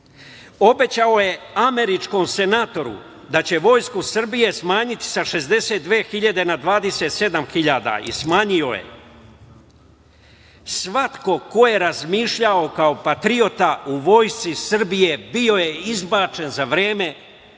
Ponoš? Obećao je američkom senatoru da će Vojsku Srbije smanjiti sa 62.000 na 27.000. I smanjio je. Svako ko je razmišljao kao patriota u Vojsci Srbije bio je izbačen za vreme dok je